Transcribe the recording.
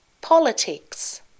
Politics